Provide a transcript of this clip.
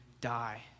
die